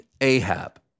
Ahab